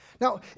Now